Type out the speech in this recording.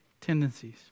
tendencies